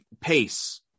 pace